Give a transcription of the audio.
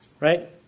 Right